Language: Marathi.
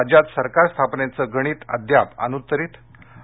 राज्यात सरकार स्थापनेचं गणित अद्याप अनुत्तरित आणि